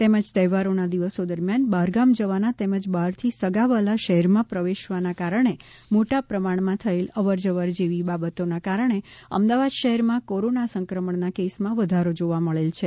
તેમજ તહેવારોના દિવસો દરમિયાન બહારગામ જવાના તેમજ બહારથી સગા વ્હાલાં શહેરમાં પ્રવેશવાના કારણે મોટા પ્રમાણમાં થયેલ અવરજવર જેવી બાબતોને કારણે અમદાવાદ શહેરમાં કોરોના સંક્રમણના કેસોમાં વધારો જોવા મળેલ છે